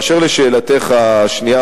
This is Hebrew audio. באשר לשאלתך השנייה,